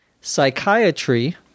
Psychiatry